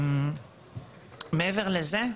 מעבר לזה,